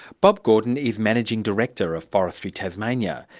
bob gordon is managing director of forestry tasmania.